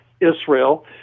Israel